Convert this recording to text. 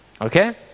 Okay